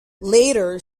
later